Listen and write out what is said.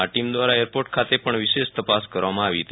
આ ટીમ દ્વારા એરપોર્ટ ખાતે પણ વિશેષ તપાસ કરવામાં આવી હતી